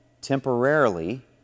temporarily